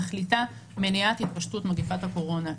תכליתה מניעת התפשטות מגיפת הקורונה.